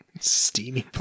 Steamy